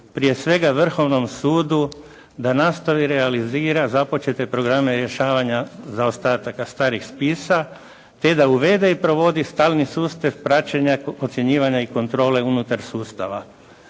prije svega Vrhovnom sudu da nastavi, realizira započete programe rješavanja zaostataka starih spisa, te da uvede i provodi stalni sustav praćenja ocjenjivanja i kontrole unutar sustava.